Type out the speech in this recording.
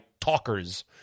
talkers